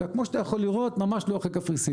כמו שאתה יכול לראות, ממש לא אחרי קפריסין,